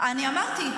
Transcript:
אני אמרתי,